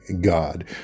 God